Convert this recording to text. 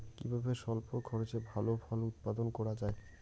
কিভাবে স্বল্প খরচে ভালো ফল উৎপাদন করা যায়?